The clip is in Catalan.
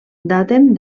daten